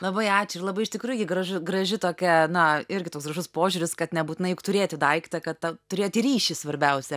labai ačiū ir labai iš tikrųjų gi gražu graži tokia na irgi toks gražus požiūris kad nebūtinai juk turėti daiktą kad tą turėti ryšį svarbiausia